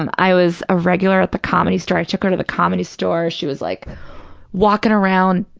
um i was a regular at the comedy store. i took her to the comedy store. she was like walking around,